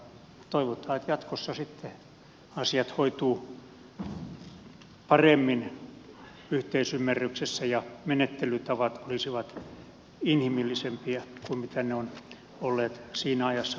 mutta toivotaan että jatkossa sitten asiat hoituisivat paremmin yhteisymmärryksessä ja menettelytavat olisivat inhimillisempiä kuin mitä ne ovat olleet siinä ajassa kun te olette olleet vallankahvassa